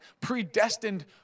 predestined